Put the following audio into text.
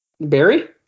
Barry